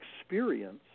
experience